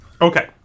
Okay